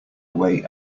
away